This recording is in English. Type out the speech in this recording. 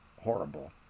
horrible